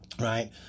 right